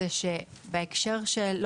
זה שבהקשר של,